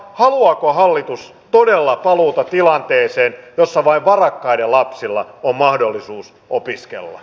haluaako hallitus todella paluuta tilanteeseen jossa vain varakkaiden lapsilla on mahdollisuus opiskella